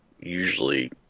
usually